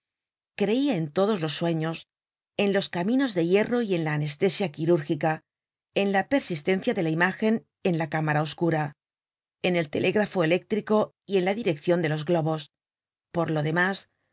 creia en todos los sueños en los caminos de hierro y en la anestesia quirúrgica en la persistencia de la imágen en la cámara oscura en el telégrafo eléctrico y en la direccion de los globos por lo demás